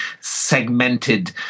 segmented